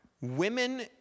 women